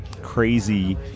Crazy